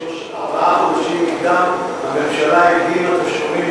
שלפני ארבעה חודשים הממשלה הקדימה תשלומים,